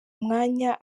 mwanya